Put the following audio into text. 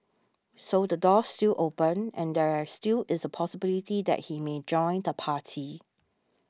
so the door's still open and there still is a possibility that he may join the party